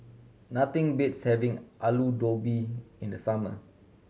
nothing beats having Alu Gobi in the summer